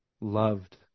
loved